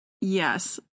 yes